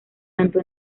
tanto